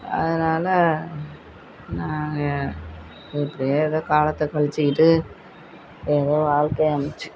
அதனால நாங்கள் இப்படியே ஏதோ காலத்தை கழிச்சிக்கிட்டு ஏதோ வாழ்க்கைய அமைத்து